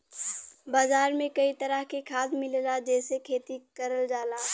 बाजार में कई तरह के खाद मिलला जेसे खेती करल जाला